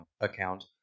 account